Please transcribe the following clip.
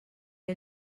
que